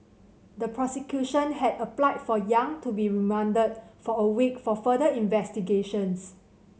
the prosecution had applied for Yang to be remanded for a week for further investigations